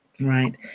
Right